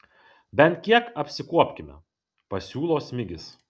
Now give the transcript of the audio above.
bent kiek apsikuopkime pasiūlo smigis